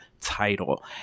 title